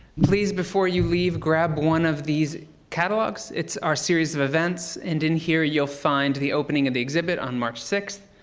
please, before you leave, grab one of these catalogs. it's our series of events, and in here you'll find the opening of the exhibit on march sixth,